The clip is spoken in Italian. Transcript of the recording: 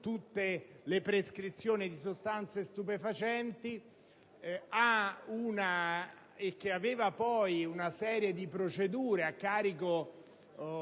tutte le prescrizioni di sostanze stupefacenti, con una serie di procedure a carico